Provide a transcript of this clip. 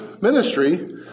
ministry